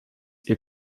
ihr